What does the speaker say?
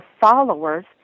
followers